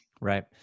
Right